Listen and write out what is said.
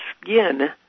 skin